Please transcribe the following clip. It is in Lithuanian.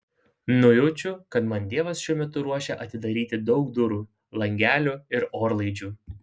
nujaučiu kad man dievas šiuo metu ruošia atidaryti daug durų langelių ir orlaidžių